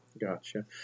Gotcha